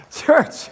Church